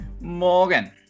Morgan